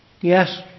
Yes